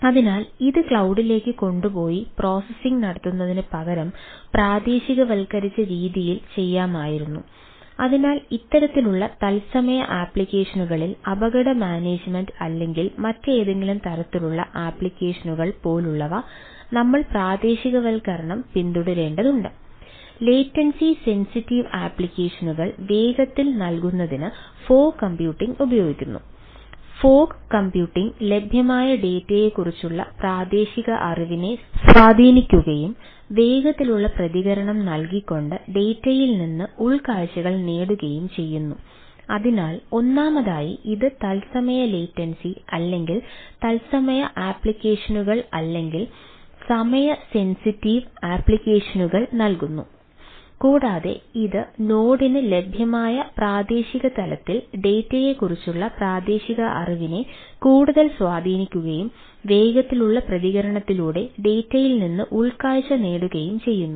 അതിനാൽ ഇത് ക്ലൌഡി ഉപയോഗിക്കുന്നു ഫോഗ് കമ്പ്യൂട്ടിംഗ്യിൽ നിന്ന് ഉൾക്കാഴ്ച നേടുകയും ചെയ്യുന്നു